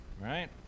right